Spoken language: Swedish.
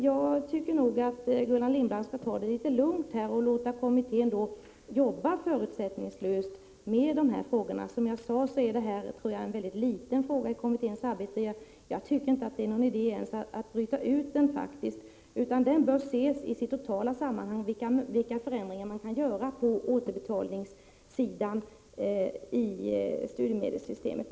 Jag tycker att Gullan Lindblad skall ta det litet lugnt och låta kommittén arbeta förutsättningslöst med dessa frågor. Som jag sade tror jag att detta är en mycket liten fråga i kommitténs arbete. Jag tycker inte ens att det är någon idé att bryta ut den ur sitt sammanhang, utan den bör ses i sitt totala sammanhang, dvs. mot bakgrund av vilka förändringar man kan göra på återbetalningssidan i studiemedelssystemet.